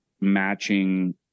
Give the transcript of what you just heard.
matching